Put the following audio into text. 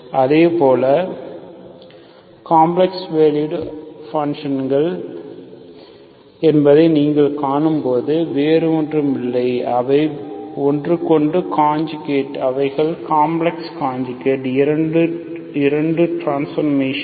அவை complex valued பன்ஷன்கள் என்பதை நீங்கள் காணும்போது வேறு ஒன்றும் இல்லை அவை ஒன்றுக்கொன்று காஞ்சுகேட் அவைகள் காம்ப்ளக்ஸ் காஞ்சுகேட் இரண்டு டிரான்ஸ்பார்மேசன்கள்